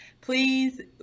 Please